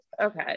okay